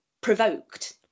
provoked